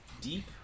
deep